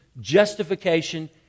justification